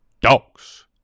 dogs